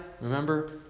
remember